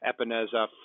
Epineza